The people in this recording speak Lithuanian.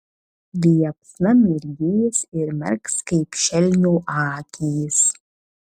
liepsna mirgės ir merks kaip šelmio akys